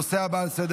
להלן תוצאות ההצבעה: